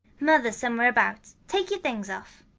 mother's somewhere about. take your things off.